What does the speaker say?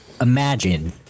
imagine